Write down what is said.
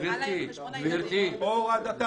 הורדתה